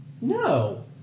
No